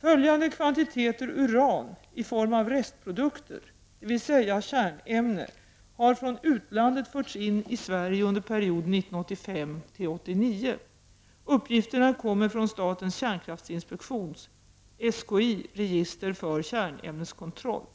Följande kvantititeter uran i form av restprodukter, dvs. kärnämne, har från utlandet förts in i Sverige under perioden 1985-1989. Uppgifterna kommer från statens kärnkraftsinspektions, SKI, register för kärnämneskontroll.